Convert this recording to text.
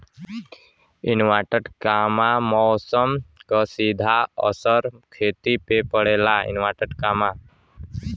मौसम क सीधा असर खेती पे पड़ेला